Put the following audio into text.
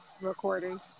recording